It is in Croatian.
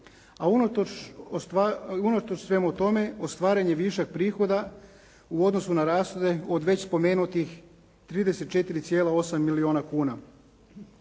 A unatoč svemu tome, ostvaren je višak prihoda u odnosu na rashode od već spomenutih 34,8 milijuna kuna.